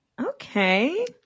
Okay